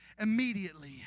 immediately